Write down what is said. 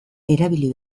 erabili